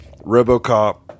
robocop